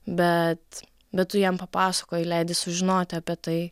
bet bet tu jam papasakoji leidi sužinoti apie tai